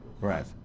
Right